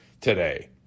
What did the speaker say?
today